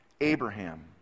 Abraham